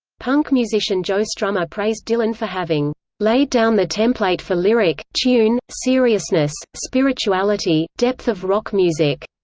punk musician joe strummer praised dylan for having laid down the template for lyric, tune, seriousness, spirituality, depth of rock music.